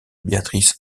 béatrice